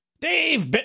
Dave